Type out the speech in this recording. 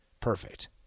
Perfect